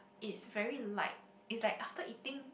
it's very light it's like after eating